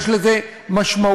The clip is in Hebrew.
יש לזה משמעויות